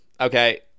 okay